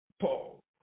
Paul